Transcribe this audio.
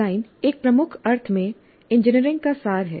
design एक प्रमुख अर्थ में इंजीनियरिंग का सार है